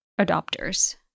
adopters